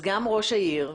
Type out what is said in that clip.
גם ראש העיר,